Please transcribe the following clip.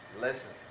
Listen